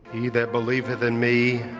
he that believeth in me,